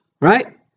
right